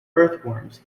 earthworms